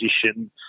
position